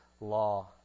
law